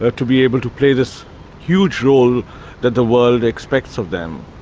ah to be able to play this huge role that the world expects of them.